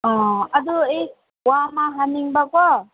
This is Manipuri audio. ꯑꯗꯨ ꯑꯩ ꯋꯥ ꯑꯃ ꯍꯪꯅꯤꯡꯕꯀꯣ